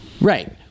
Right